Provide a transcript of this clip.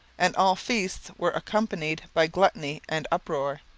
and all feasts were accompanied by gluttony and uproar.